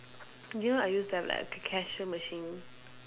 do you know I used to have like a ca~ cashier machine